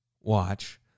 watch